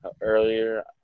earlier